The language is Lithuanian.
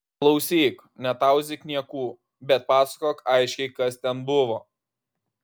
klausyk netauzyk niekų bet pasakok aiškiai kas ten buvo